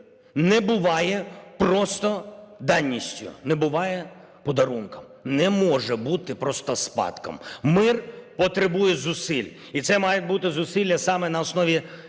не буває просто даністю, не буває подарунком, не може бути просто спадком. Мир потребує зусиль, і це мають бути зусилля саме на основі